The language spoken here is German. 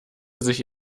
sich